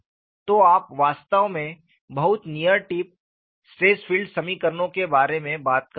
तो आप वास्तव में बहुत नियर टिप स्ट्रेस फील्ड समीकरणों के बारे में बात कर रहे हैं